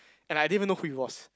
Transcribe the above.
and I didn't even know who he was